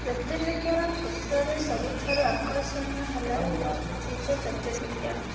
ଜ୍ୟୋତିର୍ବିଜ୍ଞାନ କ୍ଷେତ୍ରରେ ସବୁଠାରୁ ଆକର୍ଷଣୀୟ ହେଲା ନିଜେ ଜ୍ୟୋତିର୍ବିଜ୍ଞାନ